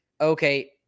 okay